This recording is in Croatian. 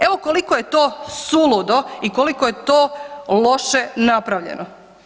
Evo koliko je to suludu i koliko je to loše napravljeno.